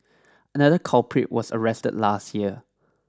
another culprit was arrested last year